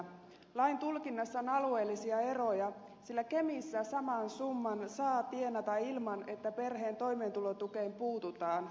lain tulkinnassa on alueellisia eroja sillä kemissä saman summan saa tienata ilman että perheen toimeentulotukeen puututaan